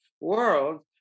world